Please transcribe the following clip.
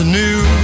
new